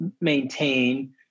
maintain